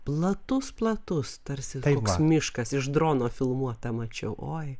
platus platus tarsi koks miškas iš drono filmuotą mačiau oi